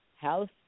House